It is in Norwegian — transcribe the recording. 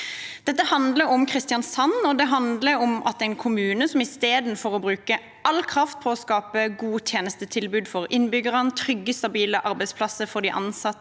Dette handler om Kristiansand. Det handler om at en kommune, istedenfor å bruke all kraft på å skape gode tjenestetilbud for innbyggerne, trygge, stabile arbeidsplasser for de ansatte